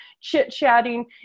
chit-chatting